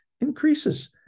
increases